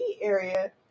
area